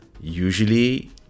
usually